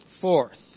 Fourth